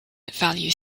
value